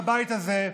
בבית הזה,